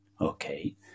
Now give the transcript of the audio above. Okay